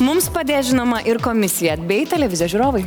mums padės žinoma ir komisija bei televizijos žiūrovai